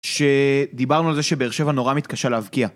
שדיברנו על זה שבאר שבע נורא מתקשה להבקיע.